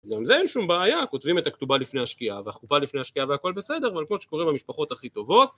גם זה אין שום בעיה, כותבים את הכתובה לפני השקיעה והחופה לפני השקיעה והכל בסדר, אבל כמו שקורה במשפחות הכי טובות